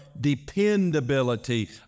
dependability